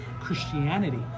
Christianity